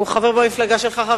הוא חבר במפלגה שלך,